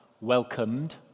welcomed